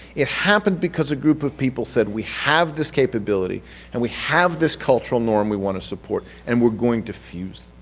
it happened because a group of people said we have this capability and we have this cultural norm we want to support and we're going to fuse